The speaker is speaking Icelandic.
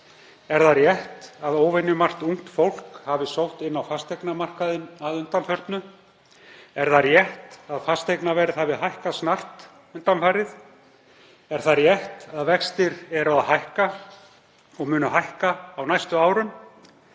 Er það rétt að óvenjumargt ungt fólk hafi sótt inn á fasteignamarkaðinn að undanförnu? Er það rétt að fasteignaverð hafi hækkað snarpt undanfarið? Er það rétt að vextir séu að hækka og muni hækka á næstu árum?